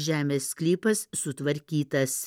žemės sklypas sutvarkytas